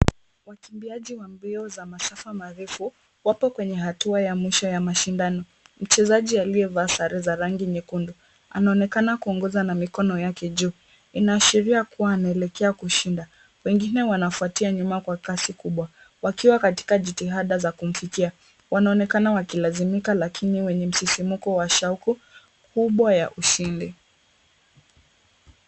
Wakimbiaji wa mbio za masafa marefu wako kwenye hatua ya mwisho ya mashindano. Mchezaji aliyevaa sare za rangi nyekundu, anaonekana kuongoza na mikono yake juu. Inaashiria kuwa anaelekea kushinda. Wengine wanafutia nyuma kwa kasi kubwa wakiwa katika jitihada za kumfikia. wanaonekana wakilazima lakini wenye msisimko wa shauku kubwa ya ushindi.